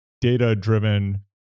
data-driven